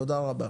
תודה רבה.